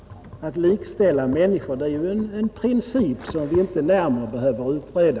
Att likställa människor är ju en princip som vi inte närmare behöver utreda,